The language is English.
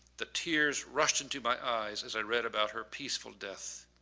the tears rushed into my eyes as i read about her peaceful death